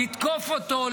לתקוף אותו,